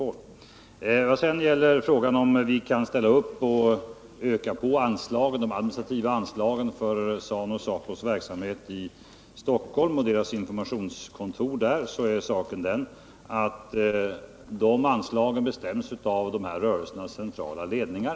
Vad sedan gäller frågan om vi kan ställa upp och öka de administrativa anslagen för ZANU-ZAPU:s verksamhet i Stockholm och deras informationscentral där, är saken den att de anslagen bestäms av dessa rörelsers centrala ledningar.